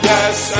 Yes